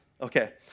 Okay